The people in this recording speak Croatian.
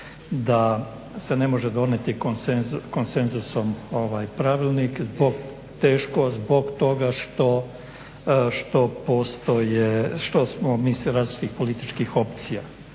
da se ne može donijeti konsenzusom pravilnik zbog toga što postoje što smo mi iz različitih političkih opcija.